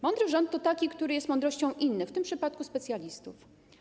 Mądry rząd to taki, który jest mądrością innych, w tym przypadku specjalistów.